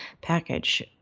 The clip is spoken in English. package